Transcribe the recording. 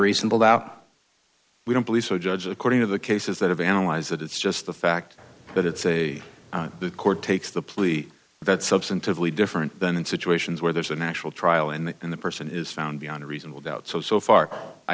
reasonable doubt we don't believe so judge according to the cases that have analyzed that it's just the fact that it's a the court takes the plea that substantively different than in situations where there's an actual trial and the person is found beyond a reasonable doubt so so far i